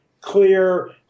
clear